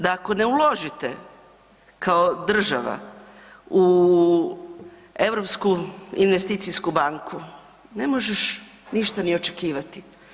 Da ako ne uložite kao država u Europsku investicijsku banku, ne možeš ništa ni očekivati.